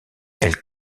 elle